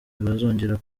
ntibazongera